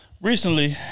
Recently